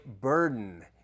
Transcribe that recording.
burden